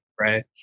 Right